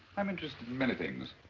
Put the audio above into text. i'm interested in many things.